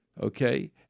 okay